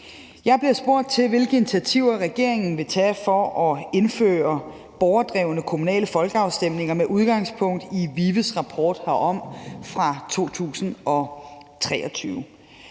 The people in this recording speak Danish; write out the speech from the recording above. Jeg bliver spurgt til, hvilke initiativer regeringen vil tage for at indføre borgerdrevne kommunale folkeafstemninger med udgangspunkt i VIVE's rapport herom fra 2023.